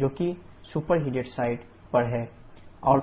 जो कि superheat side पर है